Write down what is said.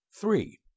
Three